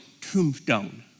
tombstone